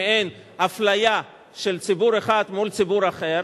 מעין אפליה של ציבור אחד מול ציבור אחר,